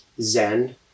Zen